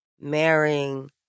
marrying